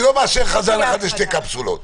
אתה לא יכול התקהלות אחת בשתי קפסולות.